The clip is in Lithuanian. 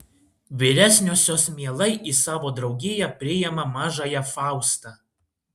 vyresniosios mielai į savo draugiją priima mažąją faustą